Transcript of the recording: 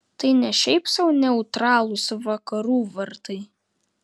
tai ne šiaip sau neutralūs vakarų vartai